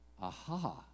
aha